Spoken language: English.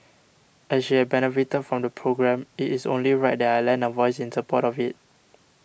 as she had benefited from the programme it is only right that I lend a voice in support of it